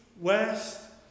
west